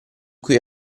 cui